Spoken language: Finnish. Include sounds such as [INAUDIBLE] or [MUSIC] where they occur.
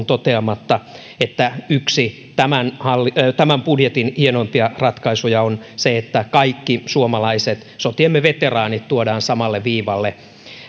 [UNINTELLIGIBLE] toteamatta että yksi tämän budjetin hienoimpia ratkaisuja on se että kaikki suomalaiset sotiemme veteraanit tuodaan samalle viivalle